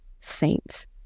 saints